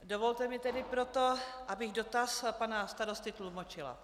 Dovolte mi tedy proto, abych dotaz pana starosty tlumočila.